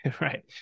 Right